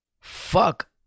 Fuck